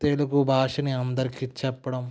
తెలుగు భాషను అందరికీ చెప్పడం